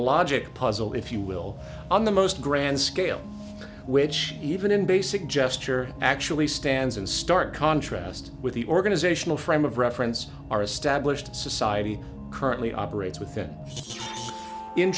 a puzzle if you will on the most grand scale which even in basic gesture actually stands in stark contrast with the organizational frame of reference our established society currently operates with